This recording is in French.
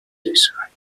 dessins